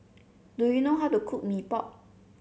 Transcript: do you know how to cook Mee Pok